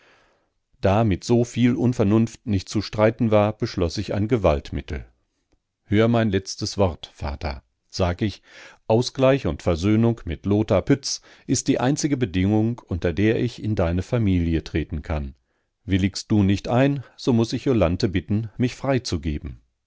da mit so viel unvernunft nicht zu streiten war beschloß ich ein gewaltmittel hör mein letztes wort vater sag ich ausgleich und versöhnung mit lothar pütz ist die einzige bedingung unter der ich in deine familie treten kann willigst du nicht ein so muß ich jolanthe bitten mich freizugeben da